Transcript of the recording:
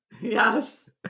Yes